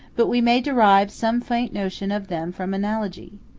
but we may derive some faint notion of them from analogy.